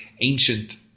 ancient